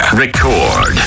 Record